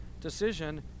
decision